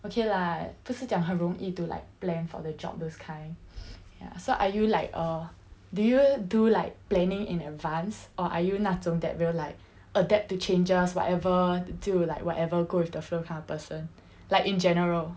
okay lah 不是讲很容易 to like plan for the job those kind ya so are you like err do you do like planning in advance or are you 那种 that will like adapt to changes whatever 就 like whatever go with the flow kind of person like in general